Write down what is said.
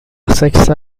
sexta